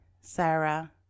Sarah